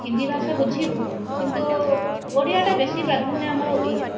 ହିନ୍ଦୀ ଭାଷା ବୁଝିବୁ କିନ୍ତୁ ଓଡ଼ିଆଟା ବେଶୀ ପ୍ରାଧାନ୍ୟ ଆମର ଓଡ଼ିଆ